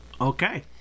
Okay